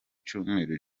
cyumweru